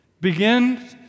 Begin